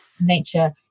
Nature